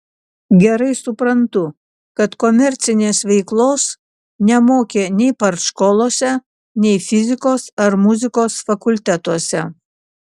gerai suprantu kad komercinės veiklos nemokė nei partškolose nei fizikos ar muzikos fakultetuose